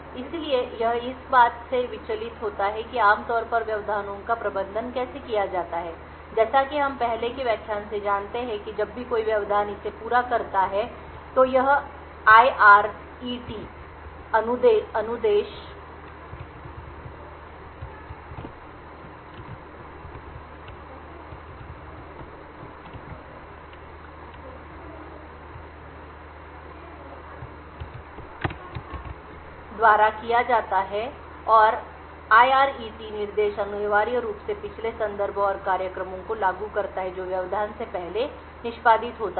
इसलिए यह इस बात से विचलित होता है कि आम तौर पर व्यवधानों का प्रबंधन कैसे किया जाता है जैसा कि हम पहले के व्याख्यान से जानते हैं कि जब भी कोई व्यवधान इसे पूरा करता है तो यह आईआरईटी अनुदेश द्वारा किया जाता है और आईआरईटी निर्देश अनिवार्य रूप से पिछले संदर्भ और कार्यक्रम को लागू करता है जो व्यवधान से पहले निष्पादित होता था